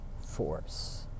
Force